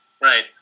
Right